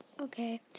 okay